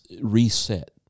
reset